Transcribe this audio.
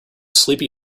sleepy